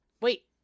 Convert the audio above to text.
wait